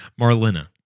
Marlena